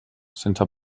sense